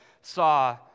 saw